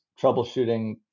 troubleshooting